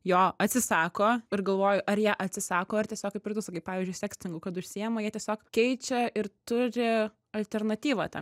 jo atsisako ir galvoju ar jie atsisako ar tiesiog kaip ir tu sakai pavyzdžiui sekstingu kad užsiima jie tiesiog keičia ir turi alternatyvą tam